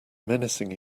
menacing